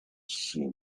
see